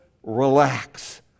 relax